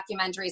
documentaries